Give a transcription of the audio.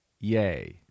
yay